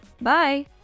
Bye